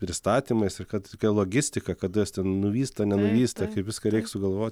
pristatymais ir kad tokia logistika kada jos ten nuvysta nenuvysta kaip viską reik sugalvoti